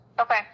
Okay